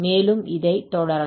மேலும் இதை தொடரலாம்